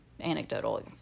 anecdotal